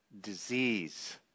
disease